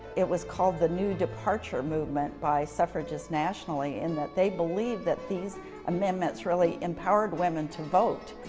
it was called the new departure movement by suffragists nationally, in that they believed that these amendments really empowered women to vote.